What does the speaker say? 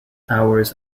hours